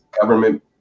government